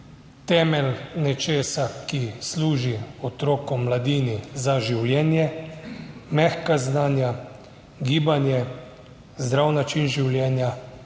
temelj nečesa, ki služi otrokom, mladini za življenje, mehka znanja, gibanje, zdrav način življenja,